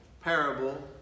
parable